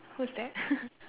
who's that